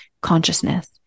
consciousness